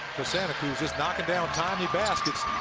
for santa cruz, just knocking down tiny baskets,